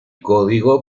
código